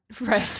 right